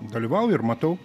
dalyvauju ir matau